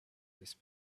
this